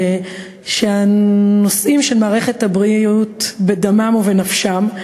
שהנושאים של מערכת הבריאות בדמם ובנפשם,